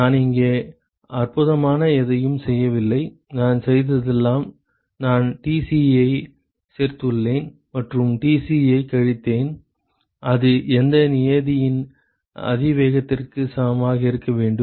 நான் இங்கே அற்புதமான எதையும் செய்யவில்லை நான் செய்ததெல்லாம் நான் Tci ஐச் சேர்த்துள்ளேன் மற்றும் Tci ஐக் கழித்தேன் அது எந்தச் நியதியின் அதிவேகத்திற்கு சமமாக இருக்க வேண்டும்